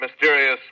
mysterious